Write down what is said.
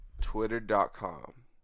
twitter.com